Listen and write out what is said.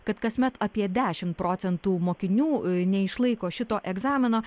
kad kasmet apie dešimt procentų mokinių neišlaiko šito egzamino